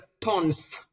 tons